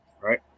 right